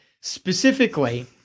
specifically